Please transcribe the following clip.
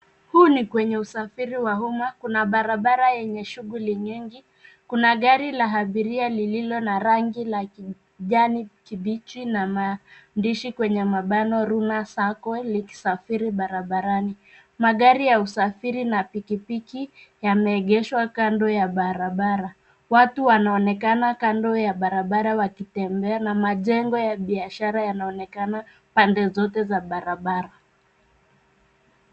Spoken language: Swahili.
Huu ni kwenye usafiri wa umma. Kuna barabara yenye shughuli nyingi. Kuna gari la abiria lililona na rangi la kijani kibichi na maandishi kwenye mabano Runa Sacco likisafiri barabarani. Magari ya usafiri na pikipiki yameegeshwa kando ya barabara. Watu wanaonekana kando ya barabara wakitembea na majengo ya biashara yanaonekana pande zote za barabara.